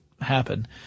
happen